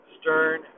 stern